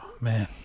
man